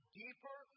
deeper